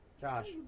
Josh